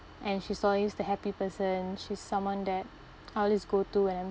and she's always the happy person she's someone that I always go to whenever